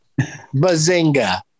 Bazinga